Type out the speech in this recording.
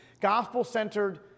Gospel-centered